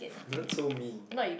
that's so mean